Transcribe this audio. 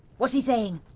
what's he saying?